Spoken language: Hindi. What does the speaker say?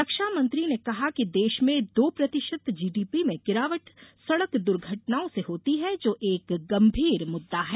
रक्षा मंत्री ने कहा कि देश में दो प्रतिशत जीडीपी में गिरावट सड़क दुर्घटनाओं से होती है जो एक गंभीर मुद्दा है